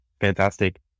Fantastic